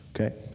okay